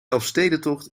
elfstedentocht